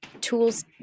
tools